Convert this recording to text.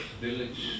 village